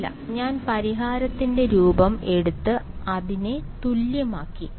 ഇല്ല ഞാൻ പരിഹാരത്തിന്റെ രൂപം എടുത്ത് അതിനെ തുല്യമാക്കി